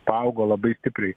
paaugo labai stipriai